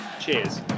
Cheers